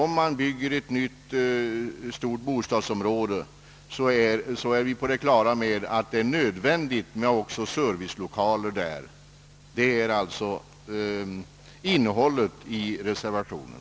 Om det byggs ett stort bostadsområde är vi på det klara med att det också är nödvändigt att uppföra servicelokaler där. Detta är alltså innehållet i reservationen.